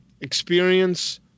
experience